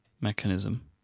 mechanism